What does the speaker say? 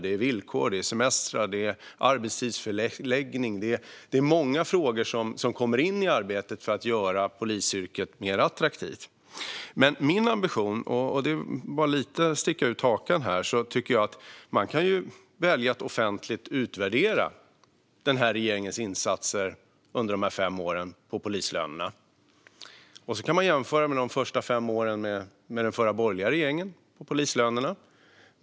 Det är villkor, semestrar, arbetstidsförläggning och många frågor som kommer in i arbetet för att göra polisyrket mer attraktivt. Jag ska lite sticka ut hakan här. Man kan välja att offentligt utvärdera regeringens insatser under dessa fem år för polislönerna. Man kan jämföra med de första fem åren med den förra borgerliga regeringen för polislönerna.